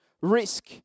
Risk